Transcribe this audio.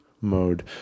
mode